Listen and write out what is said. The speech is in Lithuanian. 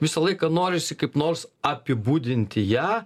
visą laiką norisi kaip nors apibūdinti ją